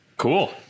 Cool